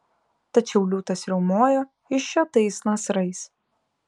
tačiau liūtas riaumojo išžiotais nasrais